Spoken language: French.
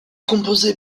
composé